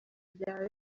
byaba